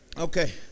Okay